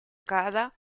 cada